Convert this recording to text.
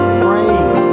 frame